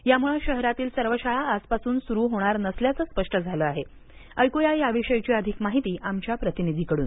यामुळे शहरातील सर्व शाळा आजपासून सुरू होणार नसल्याचे स्पष्ट झाले आहे ऐकूया याविषयीची अधिक माहिती आमच्या प्रतिनिधीकडून